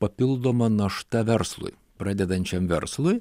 papildoma našta verslui pradedančiam verslui